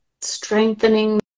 strengthening